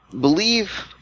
believe